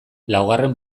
laugarren